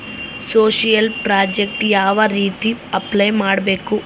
Social project ಯಾವ ರೇತಿ apply ಮಾಡಬೇಕು?